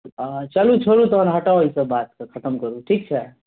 हँ चलू छोड़ू तखन हटाउ ईसभ बातकेँ खतम करू ठीक छै